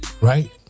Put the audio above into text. Right